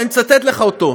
אני אצטט לך אותו.